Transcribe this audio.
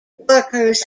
workers